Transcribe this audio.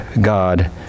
God